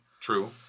True